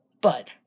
bud